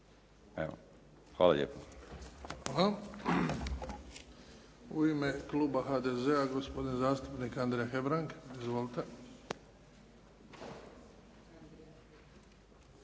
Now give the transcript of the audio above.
Hvala. U ime kluba HDZ-a gospodin zastupnik Andrija Hebrang. Izvolite.